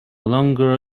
longer